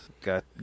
got